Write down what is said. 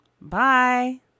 Bye